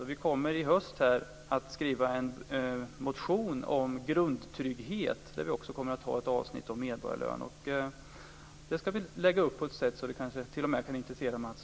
I höst kommer vi att skriva en motion om grundtrygghet och då kommer det att finnas med ett avsnitt om medborgarlön. Det ska vi lägga upp på ett sådant sätt att det kanske t.o.m. kan intressera Mats